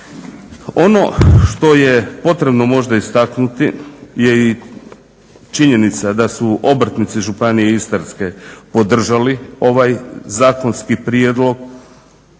Ono što je potrebno možda istaknuti je i činjenica da su obrtnici Županije istarske podržali ovaj zakonski prijedlog.